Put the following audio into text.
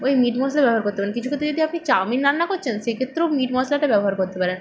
ওই মিট মশলা ব্যবহার করতে কিছু ক্ষেত্রে যদি আপনি চাউমিন রান্না করছেন সেই ক্ষেত্রেও মিট মশলাটা ব্যবহার করতে পারেন